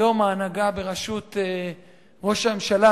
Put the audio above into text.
היום ההנהגה בראשות ראש הממשלה,